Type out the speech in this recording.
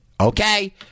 okay